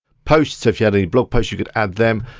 posts, if you had any blog posts, you could add them.